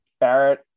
Barrett